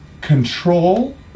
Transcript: control